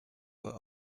were